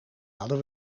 hadden